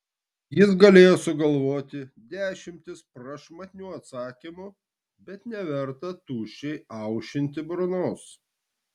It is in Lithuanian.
jis galėjo sugalvoti dešimtis prašmatnių atsakymų bet neverta tuščiai aušinti burnos